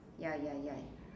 ya ya ya